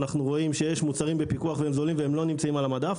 אנחנו רואים שיש מוצרים בפיקוח והם זולים והם לא נמצאים על המדף,